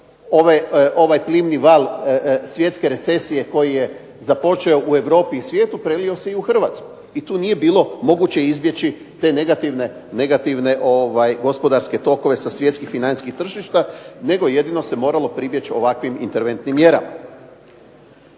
ovaj plimni val svjetske recesije koji je započeo u svijetu i Europi prelio se i u Hrvatsku. I tu nije bilo moguće izbjeći te negativne gospodarske tokove sa svjetskih financijskih tržišta, nego se jedino moralo pribjeći ovakvim interventnim mjerama.